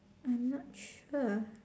I'm not sure